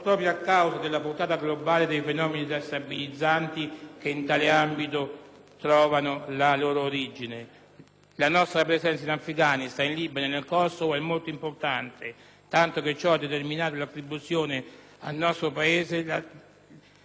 La nostra presenza, in Afghanistan, in Libano e nel Kosovo, è molto importante, tanto che ciò ha determinato l'attribuzione al nostro Paese di responsabilità di comando a rotazione con gli altri principali *partner*.